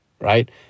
Right